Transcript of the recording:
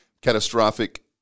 catastrophic